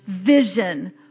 vision